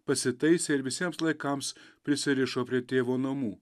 pasitaisė ir visiems laikams prisirišo prie tėvo namų